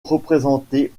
représentés